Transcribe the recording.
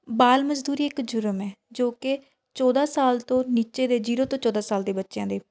ਬਾਲ ਮਜ਼ਦੂਰੀ ਇੱਕ ਜੁਰਮ ਹੈ ਜੋ ਕਿ ਚੌਦ੍ਹਾਂ ਸਾਲ ਤੋਂ ਨੀਚੇ ਦੇ ਜੀਰੋ ਤੋਂ ਚੌਦ੍ਹਾਂ ਸਾਲ ਦੇ ਬੱਚਿਆਂ ਦੇ